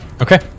Okay